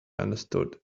understood